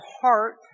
heart